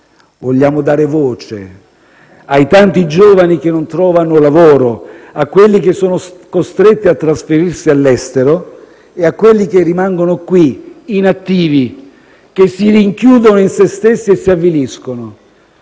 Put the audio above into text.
Vogliamo dare voce ai tanti giovani che non trovano lavoro, a quelli che sono costretti a trasferirsi all'estero e a quelli che rimangono qui inattivi, che si rinchiudono in se stessi e si avviliscono.